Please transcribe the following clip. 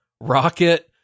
rocket